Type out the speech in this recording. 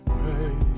pray